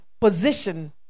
position